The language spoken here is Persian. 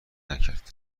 نکرد